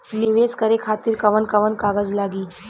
नीवेश करे खातिर कवन कवन कागज लागि?